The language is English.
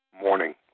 morning